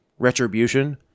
Retribution